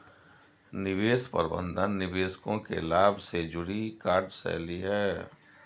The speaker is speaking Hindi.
निवेश प्रबंधन निवेशकों के लाभ से जुड़ी कार्यशैली है